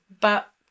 but—